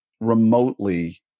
remotely